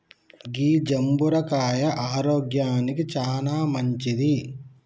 గీ జంబుర కాయ ఆరోగ్యానికి చానా మంచింది